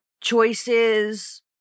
choices